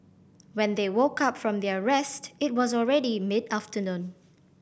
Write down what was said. when they woke up from their rest it was already mid afternoon